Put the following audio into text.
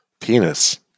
Penis